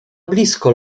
blisko